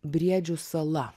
briedžių sala